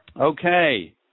okay